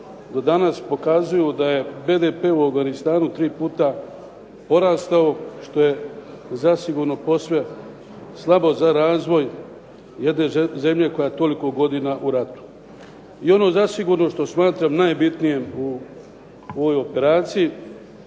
do danas pokazuju da je BDP u Afganistanu tri puta porastao što je zasigurno posve slabo za razvoj jedne zemlje koja je toliko godina u ratu. I ono zasigurno što smatram najbitnijim u ovoj operaciji